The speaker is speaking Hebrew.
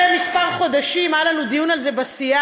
אחרי כמה חודשים היה לנו דיון על זה בסיעה,